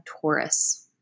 Taurus